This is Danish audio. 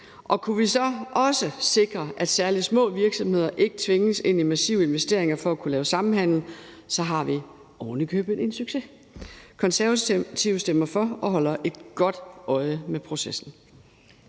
Kunne vi så også sikre, at særlig små virksomheder ikke tvinges ind i massive investeringer for at kunne lave samhandel, har vi ovenikøbet en succes. Konservative stemmer for og holder et godt øje med processen.